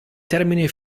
termine